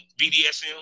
BDSM